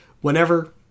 whenever